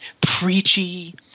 preachy